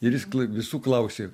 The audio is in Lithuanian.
ir jis visų klausė